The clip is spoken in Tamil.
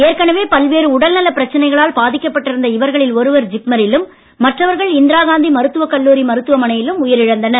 ஏற்கனவே பல்வேறு உடல் நலப் பிரச்சனைகளால் பாதிக்கப்பட்டிருந்த இவர்களில் ஒருவர் ஜிப்மரிலும் மற்றவர்கள் இந்திராகாந்தி மருத்துவக் கல்லூரி மருத்துவமனையிலும் உயிரிழந்தனர்